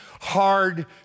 hard